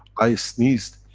i sneezed.